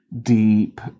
deep